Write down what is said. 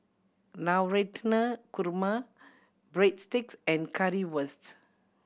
Korma Breadsticks and Currywurst